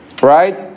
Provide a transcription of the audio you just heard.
right